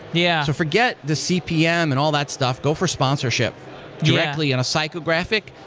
yeah so forget the cpm and all that stuff. go for sponsorship directly on a psychographic.